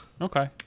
okay